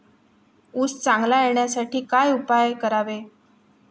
ऊस चांगला येण्यासाठी काय उपाय करावे?